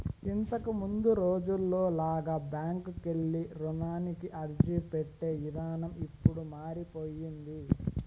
ఇంతకముందు రోజుల్లో లాగా బ్యాంకుకెళ్ళి రుణానికి అర్జీపెట్టే ఇదానం ఇప్పుడు మారిపొయ్యింది